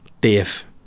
Dave